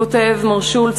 כותב מר שולץ,